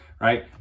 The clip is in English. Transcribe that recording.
right